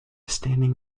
standing